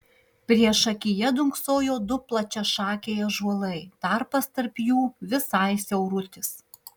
priešakyje dunksojo du plačiašakiai ąžuolai tarpas tarp jų visai siaurutis